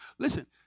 Listen